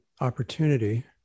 opportunity